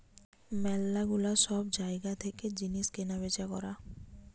ম্যালা গুলা সব জায়গা থেকে জিনিস কেনা বেচা করা